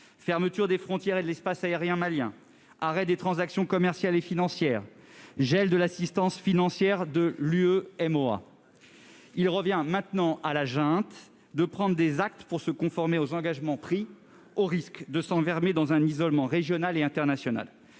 fermeture des frontières et de l'espace aérien malien, arrêt des transactions commerciales et financières, gel de l'assistance financière de l'Union économique et monétaire ouest-africaine (UEMOA). Il revient maintenant à la junte de poser des actes pour se conformer aux engagements pris, au risque de s'enfermer dans un isolement régional et international.